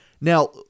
Now